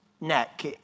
neck